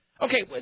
okay